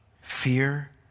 Fear